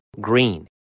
green